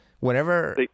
Whenever